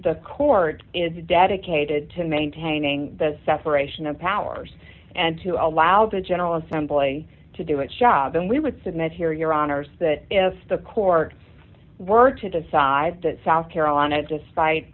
the court is dedicated to maintaining the separation of powers and to allow the general assembly to do its job and we would submit here your honour's that if the courts were to decide that south carolina